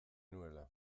nuela